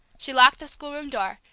she locked the schoolroom door,